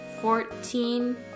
Fourteen